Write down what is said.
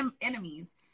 enemies